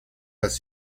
las